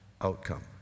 outcome